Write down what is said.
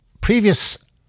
Previous